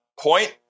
point